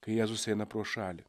kai jėzus eina pro šalį